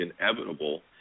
inevitable